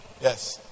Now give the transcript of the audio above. Yes